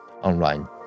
online